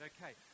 Okay